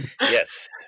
Yes